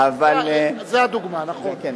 זאת הדוגמה, נכון.